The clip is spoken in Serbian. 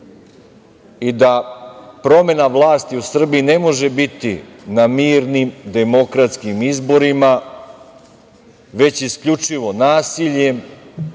i da promena vlasti u Srbiji ne može biti na mirnim demokratskim izborima, već isključivo nasiljem,